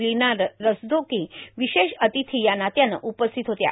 लीना रस्तोगी विशेष अतिथी या नात्यानं उपस्थित होत्या